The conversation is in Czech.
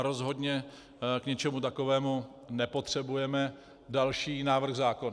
Rozhodně k ničemu takovému nepotřebujeme další návrh zákona.